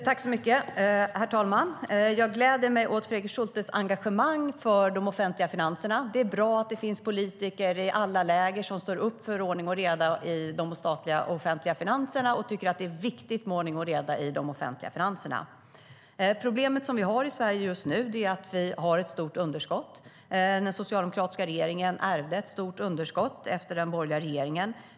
Herr talman! Jag gläder mig åt Fredrik Schultes engagemang för de offentliga finanserna. Det är bra att det finns politiker i alla läger som står upp för och tycker att det är viktigt med ordning och reda i de offentliga finanserna. Problemet som vi har i Sverige just nu är att vi har ett stort underskott. Den socialdemokratiska regeringen ärvde ett stort underskott efter den borgerliga regeringen.